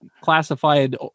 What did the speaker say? classified